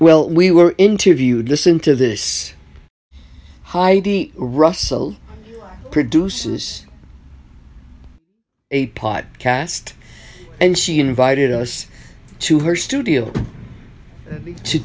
well we were interviewed listen to this heidi russell produces a podcast and she invited us to her studio to